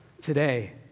today